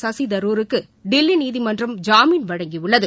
சசிதரூருக்கு டெல்லி நீதிமன்றம் ஜாமீன் வழங்கியுள்ளது